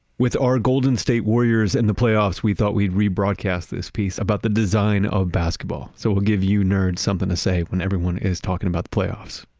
our golden state warriors in the playoffs, we thought we'd rebroadcast this piece about the design of basketball. so ah give you nerds something to say when everyone is talking about the playoffs.